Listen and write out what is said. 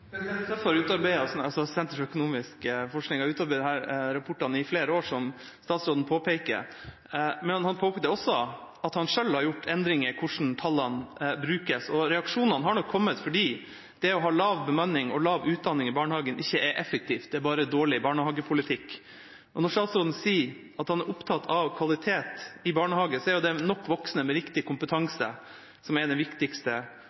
Senter for økonomisk forskning har utarbeidet disse rapportene i flere år, som statsråden påpeker. Men han påpekte også at han selv har gjort endringer i hvordan tallene brukes, og reaksjonene har nok kommet fordi det å ha lav bemanning og lav utdanning i barnehagene ikke er effektivt – det er bare dårlig barnehagepolitikk. Når statsråden sier at han er opptatt av kvalitet i barnehagene, er nok voksne med riktig kompetanse den viktigste